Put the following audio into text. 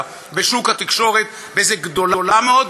בשוק התקשורת: "בזק" גדולה מאוד,